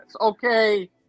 okay